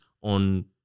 on